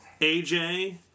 AJ